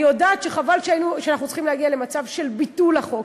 אני יודעת שחבל שאנחנו צריכים להגיע למצב של ביטול החוק,